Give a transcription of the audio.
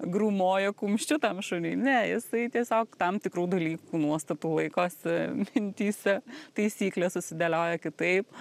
grūmoja kumščiu tam šuniui ne jisai tiesiog tam tikrų dalykų nuostatų laikosi mintyse taisykles susidėlioja kitaip